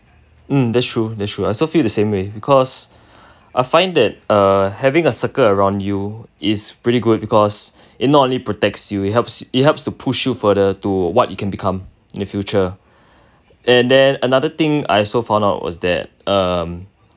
mm that's true that's true I also feel the same way because I find that err having a circle around you is pretty good because it not only protects you it helps it helps to push you further to what you can become in the future and then another thing I also found out was that uh